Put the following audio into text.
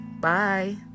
bye